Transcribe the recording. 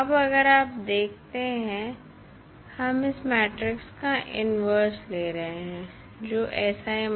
अब अगर आप देखते हैं हम इस मैट्रिक्स का इन्वर्स ले रहे हैं जो है